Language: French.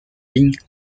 ligne